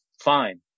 Fine